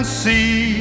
see